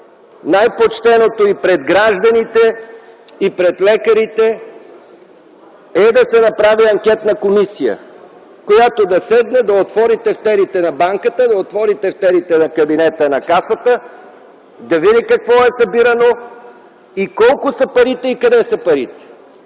най-почтеното и пред гражданите, и пред лекарите е да се направи анкетна комисия, която да седне, да отвори тефтерите на банката, да отвори тефтерите на кабинета на Касата, да види какво е събирано, колко и къде са парите,